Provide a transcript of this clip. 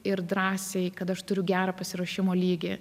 ir drąsiai kad aš turiu gerą pasiruošimo lygį